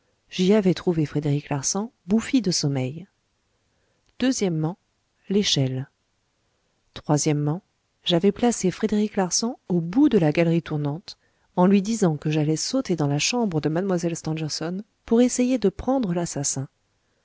j'y avais trouvé frédéric larsan bouffi de sommeil o échelle o avais placé frédéric larsan au bout de la galerie tournante en lui disant que j'allais sauter dans la chambre de mlle stangerson pour essayer de prendre l'assassin